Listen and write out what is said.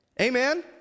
Amen